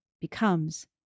becomes